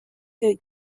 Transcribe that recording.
des